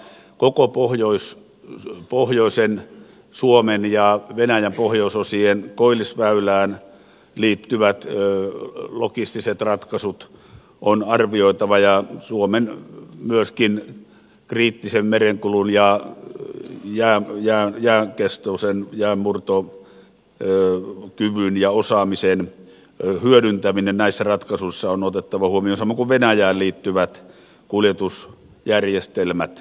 koko pohjoisen suomen ja venäjän pohjoisosien koillisväylään liittyvät logistiset ratkaisut on arvioitava ja suomen kriittisen merenkulun ja jää ja jään kestusa sekä jäänkestoisen jäänmurtokyvyn ja osaamisen hyödyntäminen näissä ratkaisuissa on otettava huomioon samoin kuin venäjään liittyvät kuljetusjärjestelmät